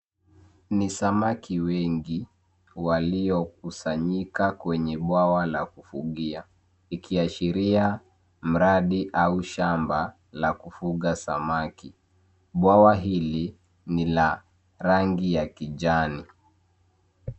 Ni samaki wengi walio kusanyika kwenye bwawa la kufugia ikiashiria mradi au shamba la kufuga samaki. Bwawa hili ni la rangi ya kijani.